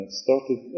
started